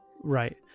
Right